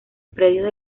predio